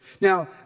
Now